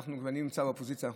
ואני נמצא באופוזיציה,